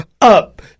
up